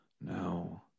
No